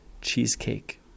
cheesecake